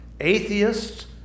Atheists